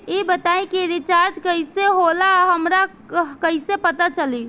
ई बताई कि रिचार्ज कइसे होला हमरा कइसे पता चली?